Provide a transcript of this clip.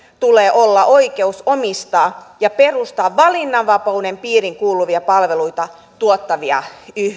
tulee olla oikeus omistaa ja perustaa valinnanvapauden piiriin kuuluvia palveluita tuottavia